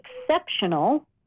exceptional